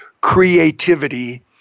creativity